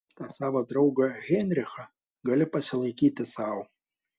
tą savo draugą heinrichą gali pasilaikyti sau